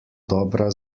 dobra